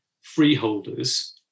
freeholders